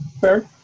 Fair